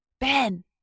Ben